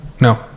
No